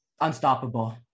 unstoppable